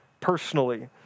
personally